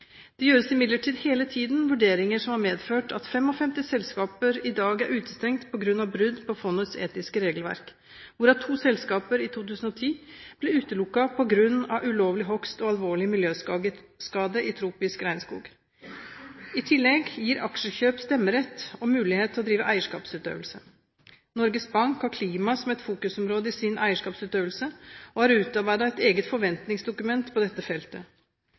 Det gjøres imidlertid hele tiden vurderinger som har ført til at 55 selskaper i dag er utestengt på grunn av brudd på fondets etiske regelverk. To av disse ble i 2010 utelukket på grunn av ulovlig hogst og alvorlig miljøskade i tropisk regnskog. I tillegg gir aksjekjøp stemmerett og mulighet til å drive eierskapsutøvelse. Norges Bank har klima som et fokusområde i sin eierskapsutøvelse og har utarbeidet et eget forventningsdokument på dette feltet.